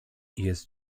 jest